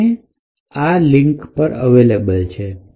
બંને આ લોકેશન પર અવેલેબલ છે